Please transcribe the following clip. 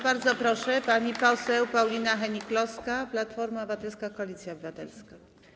Bardzo proszę, pani poseł Paulina Hennig-Kloska, Platforma Obywatelska - Koalicja Obywatelska.